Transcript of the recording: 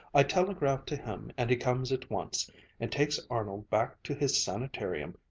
i telegraph to him and he comes at once and takes arnold back to his sanitarium,